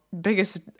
biggest